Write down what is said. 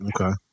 Okay